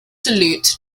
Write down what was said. salute